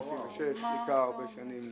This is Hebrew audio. חיכה הרבה שנים לילדים,